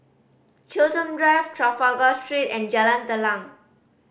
Chiltern Drive Trafalgar Street and Jalan Telang